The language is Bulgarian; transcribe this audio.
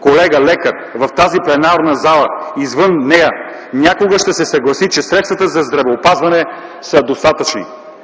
колега лекар, в тази пленарна зала и извън нея, някога ще се съгласи, че средствата за здравеопазване са достатъчни.